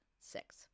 six